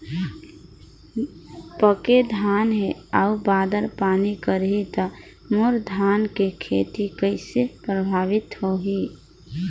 पके धान हे अउ बादर पानी करही त मोर धान के खेती कइसे प्रभावित होही?